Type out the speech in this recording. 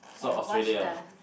and watch the